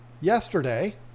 yesterday